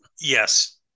Yes